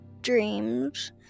dreams